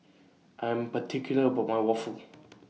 I Am particular about My Waffle